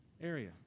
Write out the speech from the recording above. area